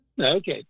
Okay